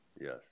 Yes